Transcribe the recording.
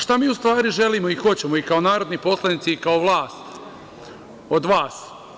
Šta mi u stvari želimo i hoćemo kao narodni poslanici i kao vlast od vas?